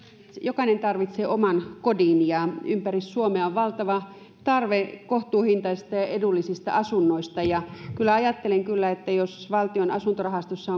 jokainen tarvitsee oman kodin ja ympäri suomea on valtava tarve kohtuuhintaisista ja ja edullisista asunnoista ja ajattelen kyllä että jos valtion asuntorahastossa